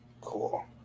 Cool